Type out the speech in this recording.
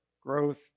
growth